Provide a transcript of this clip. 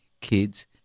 kids